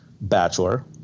bachelor